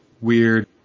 weird